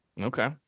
Okay